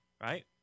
right